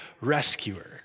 rescuer